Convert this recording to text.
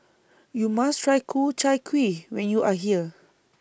YOU must Try Ku Chai Kuih when YOU Are here